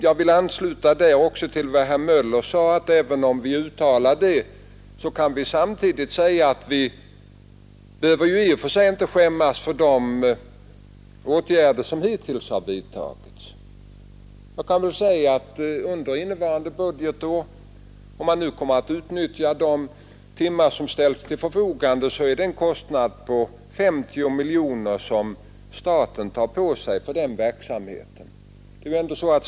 Och därför ansluter jag mig till vad herr Möller själv sade, nämligen att när vi uttalar detta, så kan vi samtidigt säga, att vi inte behöver skämmas för de åtgärder som vi hittills vidtagit. Om man utnyttjar de timmar som ställts till förfogande för innevarande budgetår, så tar staten där på sig en kostnad på 50 miljoner kronor för undervisningsverksamheten.